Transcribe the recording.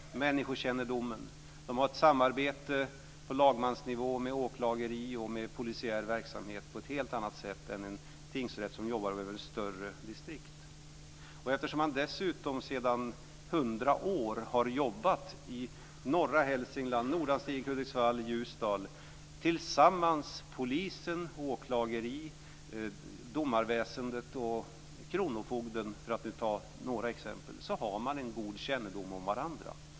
De har människokännedomen, och de har ett samarbete på lagmansnivå med åklagare och med polisiär verksamhet på ett helt annat sätt än en tingsrätt som jobbar över ett större distrikt. Eftersom polisen, åklagarväsende, domarväsende och kronofogden, för att ta några exempel, dessutom sedan 100 år har jobbat tillsammans i norra Hälsingland - Nordanstig, Hudiksvall, Ljusdal - har man en god kännedom om varandra.